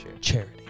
charity